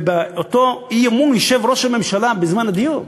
ובאותו אי-אמון ישב ראש הממשלה בזמן הדיון.